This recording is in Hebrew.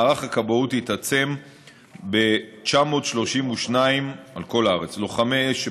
מערך הכבאות התעצם בכל הארץ ב-932 לוחמי אש,